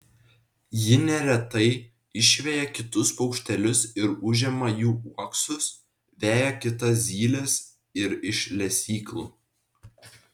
ji neretai išveja kitus paukštelius ir užima jų uoksus veja kitas zyles ir iš lesyklų